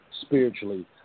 spiritually